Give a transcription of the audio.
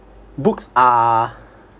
books are